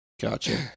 Gotcha